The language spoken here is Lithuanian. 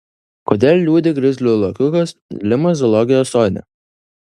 kodėl liūdi grizlių lokiukas limos zoologijos sode